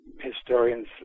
Historians